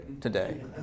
today